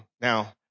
Now